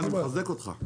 לא, אני מחזק אותך.